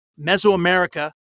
Mesoamerica